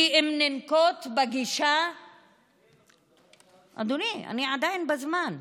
היא אם ננקוט גישה, אדוני, אני עדיין בזמן.